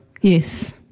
Yes